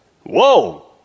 Whoa